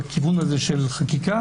בכיוון של חקיקה,